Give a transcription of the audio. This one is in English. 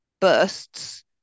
bursts